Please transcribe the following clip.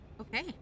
Okay